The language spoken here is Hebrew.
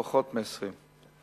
פחות מ-20.